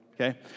okay